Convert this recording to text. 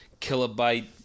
kilobyte